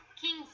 King's